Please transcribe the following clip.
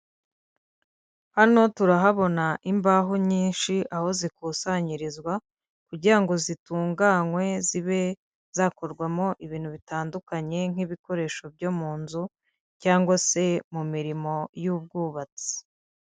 Hano turahabona imbaho nyinshi aho zikusanyirizwa kugira ngo zitunganywe zibe zakorwamo ibintu bitandukanye nk'ibikoresho byo mu nzu cyangwa se mu mirimo y'ubwubatsi.